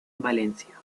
valencia